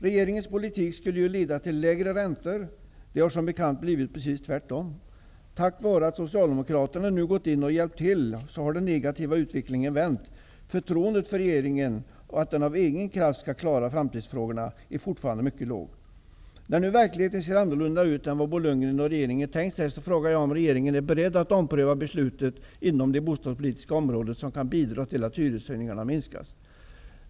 Regeringens politik skulle ju leda till lägre räntor. Det har som bekant blivit precis tvärtom. Tack vare att Socialdemokraterna nu har gått in och hjälpt till har den negativa utvecklingen vänt. Förtroendet för att regeringen av egen kraft skall kunna klara framtidsfrågorna är fortfarande mycket lågt. När nu verkligheten ser annorlunda ut än vad Bo Lundgren och den övriga regeringen hade tänkt sig, undrar jag om regeringen är beredd att ompröva beslutet inom det bostadspolitiska området, vilket skulle kunna bidra till att hyreshöjningarna minskas.